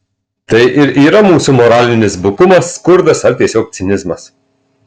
tai ir yra mūsų moralinis bukumas skurdas ar tiesiog cinizmas